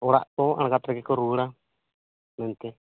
ᱚᱲᱟᱜ ᱠᱚ ᱟᱸᱲᱜᱟᱛ ᱨᱮᱜᱮ ᱠᱚ ᱨᱩᱣᱟᱹᱲᱟ ᱢᱮᱱᱛᱮ